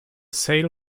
sale